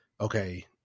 okay